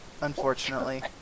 unfortunately